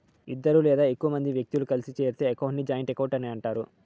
ఇద్దరు లేదా ఎక్కువ మంది వ్యక్తులు కలిసి తెరిచే అకౌంట్ ని జాయింట్ అకౌంట్ అంటారు